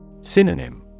Synonym